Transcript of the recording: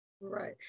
Right